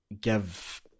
give